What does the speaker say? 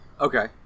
Okay